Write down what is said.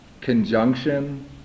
conjunction